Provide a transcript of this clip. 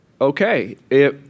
okay